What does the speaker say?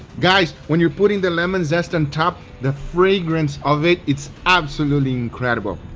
guys when you're putting the lemon zest on top the fragrance of it it's absolutely incredible.